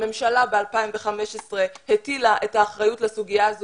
הממשלה ב-2015 הטילה את האחריות לסוגיה הזו